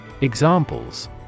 Examples